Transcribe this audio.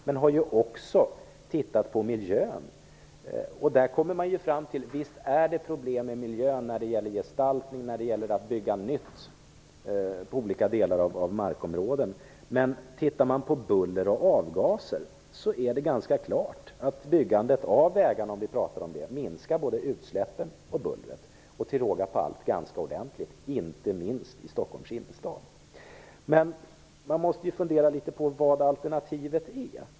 Man har också tittat på miljön och kommit fram till att det är problem när det gäller gestaltning och att bygga nytt på olika delar av markområden. Det framgår däremot klart att byggandet av vägarna minskar både utsläppen och bullret, till råga på allt ganska ordentligt, inte minst i Stockholms innerstad. Man måste fundera litet på vad alternativet är.